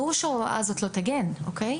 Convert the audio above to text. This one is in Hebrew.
ברור שההוראה הזאת לא תגן על כך.